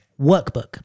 workbook